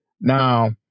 Now